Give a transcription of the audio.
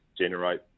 generate